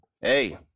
hey